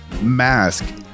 mask